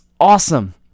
awesome